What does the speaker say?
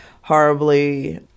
horribly